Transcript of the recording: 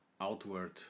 outward